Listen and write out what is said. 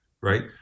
right